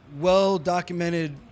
well-documented